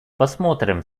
посмотрим